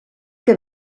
que